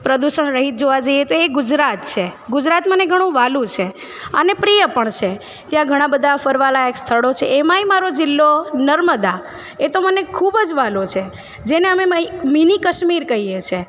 પ્રદૂષણ રહિત જોવાં જઈએ તો એ ગુજરાત છે ગુજરાત મને ઘણું વ્હાલું છે અને પ્રિય પણ છે ત્યાં ઘણાં બધાં ફરવાં લાયક સ્થળો છે એમાંય મારો જિલ્લો નર્મદા એ તો મને ખૂબ જ વ્હાલો છે જેને અમે મિનિ કાશ્મીર કહીએ છે